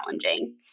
challenging